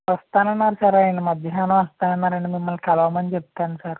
వస్తానన్నారు sir ఆయన మధ్యాహ్నం వస్తానన్నారండి మిమల్ని కలవమని చెప్తాను సార్